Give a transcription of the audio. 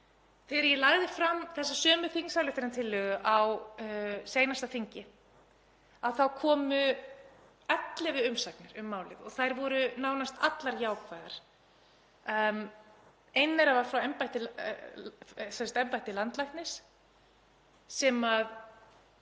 Þegar ég lagði fram þessa sömu þingsályktunartillögu á seinasta þingi þá komu 11 umsagnir um málið. Þær voru nánast allar jákvæðar. Ein þeirra var frá embætti landlæknis sem